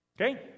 Okay